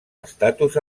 estatus